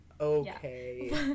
okay